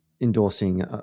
endorsing